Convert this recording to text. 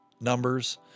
numbers